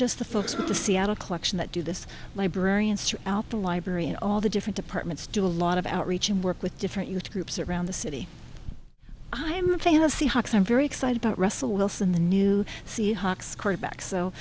in the seattle collection that do this librarians throughout the library and all the different departments do a lot of outreach and work with different youth groups around the city i am a fan of seahawks i'm very excited about russell wilson the new seahawks cornerback so